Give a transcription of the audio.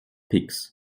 picks